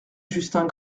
justin